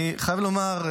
אני חייב לומר,